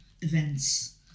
events